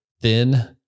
thin